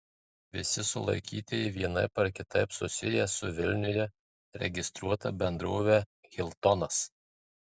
visi sulaikytieji vienaip ar kitaip susiję su vilniuje registruota bendrove hiltonas